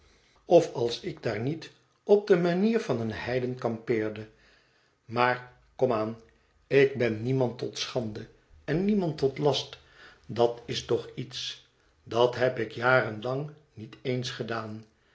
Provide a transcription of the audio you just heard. of als ik daar niet het veelaten huis op de manier van een heiden kampeerde maar kora aan ik ben niemand tot schande en niemand tot last dat is toch iets dat heb ik jaren lang niet eens gedaan